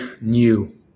new